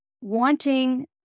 wanting